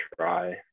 try